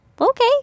okay